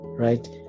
Right